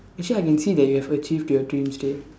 actually I can see that you have achieved your dreams there